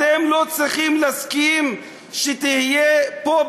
אתם לא צריכים להסכים שתהיה פה,